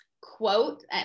quote